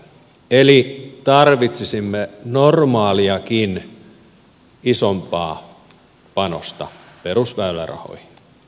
eli tarvitsisimme normaaliakin isompaa panosta perusväylärahoihin